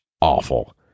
awful